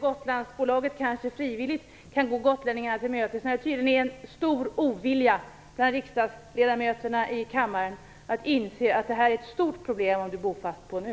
Gotlandslinjen kan kanske frivilligt gå gotlänningarna till mötes. Det råder tydligen en stor ovillighet hos riksdagsledamöterna här i kammaren att inse att det här är ett stort problem för den som är bosatt på en ö.